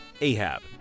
Ahab